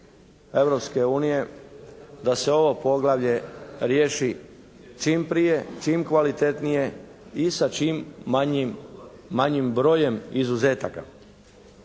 da se ovo poglavlje riješi čim prije, čim kvalitetnije i sa čim manjim brojem izuzetaka.